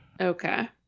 Okay